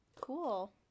Cool